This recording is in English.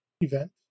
event